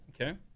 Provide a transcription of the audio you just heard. Okay